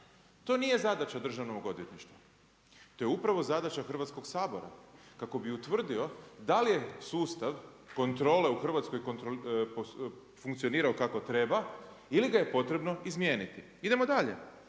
To nije zadaća državnog odvjetništva. To je upravo zadaća Hrvatskog sabora kako bi utvrdio da li je sustav kontrole u Hrvatskoj funkcionirao kako treba ili ga je potrebno izmijeniti. Idemo dalje.